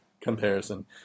comparison